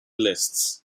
lists